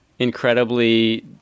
incredibly